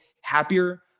happier